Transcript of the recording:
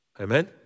Amen